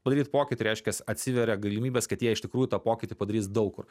padaryt pokytį reiškias atsiveria galimybės kad jie iš tikrųjų tą pokytį padarys daug kur